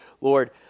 Lord